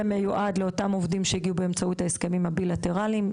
זה מיועד לאותם עובדים שהגיעו באמצעות ההסכמים הבילטרליים.